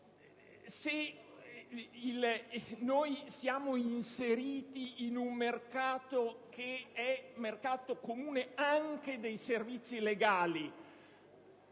se siamo inseriti in un mercato europeo che è mercato comune anche dei servizi legali,